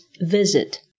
visit